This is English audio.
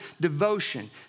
devotion